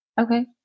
okay